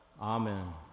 Amen